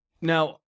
Now